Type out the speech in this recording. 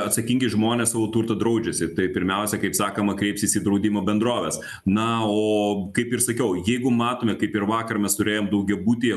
atsakingi žmonės savo turtą draudžiasi tai pirmiausia kaip sakoma kreipsis į draudimo bendroves na o kaip ir sakiau jeigu matome kaip ir vakar mes turėjom daugiabutyje